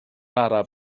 araf